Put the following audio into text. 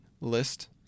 list